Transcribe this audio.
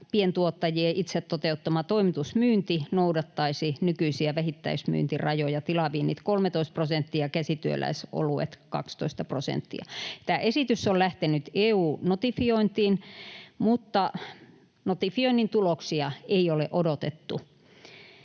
pientuottajien itse toteuttama toimitusmyynti noudattaisi nykyisiä vähittäismyyntirajoja: tilaviinit 13 prosenttia, käsityöläisoluet 12 prosenttia. Tämä esitys on lähtenyt EU:n notifiointiin, mutta notifioinnin tuloksia ei ole odotettu,